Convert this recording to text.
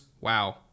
wow